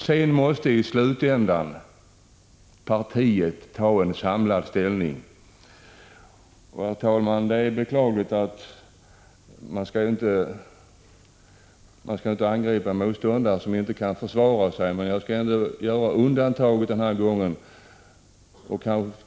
Sedan måste i slutändan partiet ta samlad ställning. Herr talman! Man skall inte angripa motståndare som inte kan försvara sig, men jag skall ändå göra ett undantag den här gången.